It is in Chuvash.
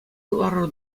лару